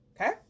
okay